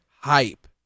hype